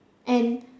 and